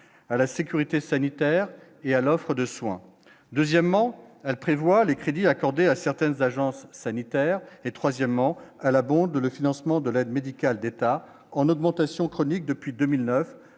à la sécurité sanitaire et à l'offre de soins, deuxièmement, prévoit les crédits accordés à certaines agences sanitaires et troisièmement à la bonde le financement de l'aide médicale d'État en augmentation chronique depuis 2009